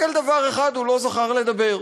רק על דבר אחד הוא לא זכר לדבר: